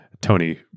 tony